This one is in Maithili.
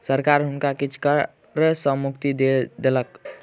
सरकार हुनका किछ कर सॅ मुक्ति दय देलक